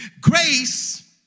Grace